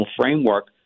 framework